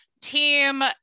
team